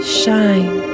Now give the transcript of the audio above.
shine